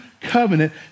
covenant